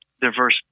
diverse